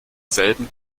selben